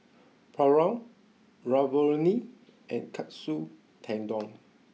Pulao Ravioli and Katsu Tendon